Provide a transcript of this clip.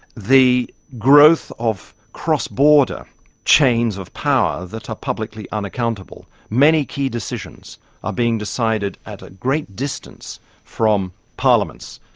the growth of cross-border chains of power that are publicly unaccountable. many key decisions are being decided at a great distance from parliaments.